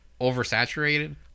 oversaturated